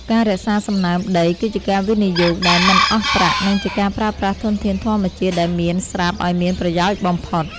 ការរក្សាសំណើមដីគឺជាការវិនិយោគដែលមិនអស់ប្រាក់ និងជាការប្រើប្រាស់ធនធានធម្មជាតិដែលមានស្រាប់ឱ្យមានប្រយោជន៍បំផុត។